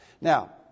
Now